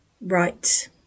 Right